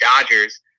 Dodgers